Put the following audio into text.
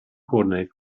coordinate